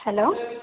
hello